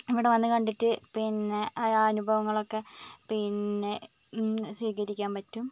ഇവിടെ വന്നു കണ്ടിട്ട് പിന്നെ അനുഭവങ്ങളൊക്കെ പിന്നെ സ്വീകരിക്കാൻ പറ്റും